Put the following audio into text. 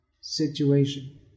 situation